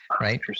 right